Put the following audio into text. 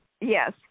yes